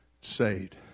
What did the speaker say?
saved